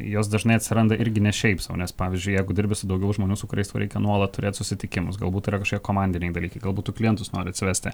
jos dažnai atsiranda irgi ne šiaip sau nes pavyzdžiui jeigu dirbi su daugiau žmonių su kuriais tau reikia nuolat susitikimus galbūt yra kažkokie komandiniai dalykai galbūt tu klientus nori atsivesti